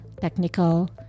technical